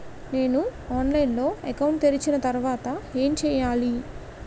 నేను ఆన్లైన్ లో అకౌంట్ తెరిచిన తర్వాత ఏం చేయాలి?